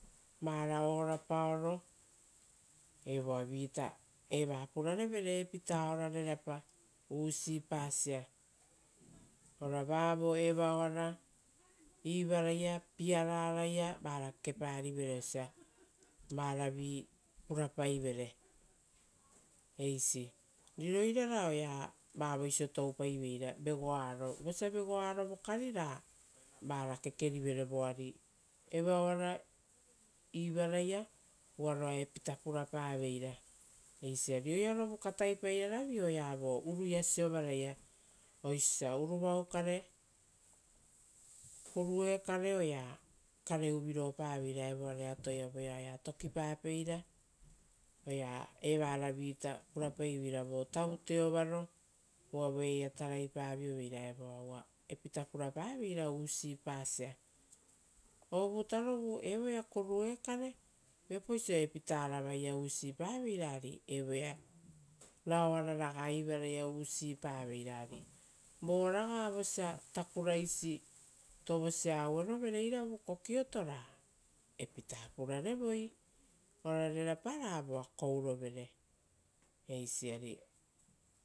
Vara ora paoro, evoa vi-ita eva purarevere epita ora rerapausipasia ora vavo evaoara ivaraia, piararaia vara kekeparivere osia varavi purapaivere, eisi. Rirorara oea vavoisio toupaiveira vegoaro. Vosa vegoaro vokari ra kekerivere voari evaoara ivaraia uvaroa epita purapaveira eisi ari oearovu kataipairaravi oea vo toupai veira oruia siovaraia oisio osa uruvau kare, kurue kare oea kareuviropaveira evoare atoia oea tokipapeira oea evaraxi purapaiveira vo tavute ovaro uva voeaia taraipavioveira evoa uva epita purapaveira usipasia, ovutarovu evoa kurue kare. Viapauso epitaravaia usipaveira ari evoea raoara ragai ivaraia raga usipaveira, ari voraga vosa takuraisi tovosia auerovere iravu kokioto ra epita purarevoi ra voa kourovere.